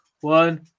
one